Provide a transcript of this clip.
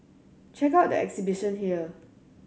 check out the exhibition here